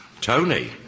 Tony